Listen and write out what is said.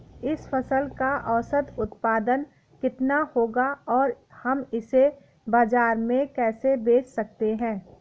इस फसल का औसत उत्पादन कितना होगा और हम इसे बाजार में कैसे बेच सकते हैं?